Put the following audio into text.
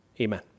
Amen